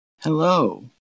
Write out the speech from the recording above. Hello